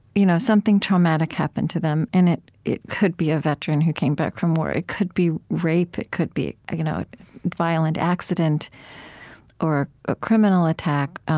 you know something traumatic happened to them and it it could be a veteran who came back from war, it could be rape, it could be a you know violent accident or a criminal attack